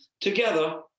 together